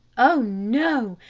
oh, no,